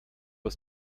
ist